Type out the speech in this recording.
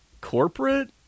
corporate